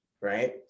Right